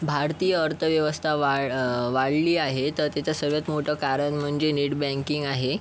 भारतीय अर्थव्यवस्था वा वाढली आहे तर त्याचं सर्वात मोठं कारण म्हणजे नेट बँकिंग आहे